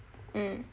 mm